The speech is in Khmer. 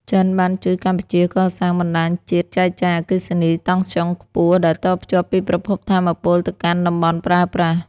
ចិនបានជួយកម្ពុជាកសាងបណ្ដាញជាតិចែកចាយអគ្គិសនីតង់ស្យុងខ្ពស់ ដែលតភ្ជាប់ពីប្រភពថាមពលទៅកាន់តំបន់ប្រើប្រាស់។